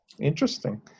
Interesting